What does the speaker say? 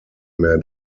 mehr